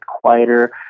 quieter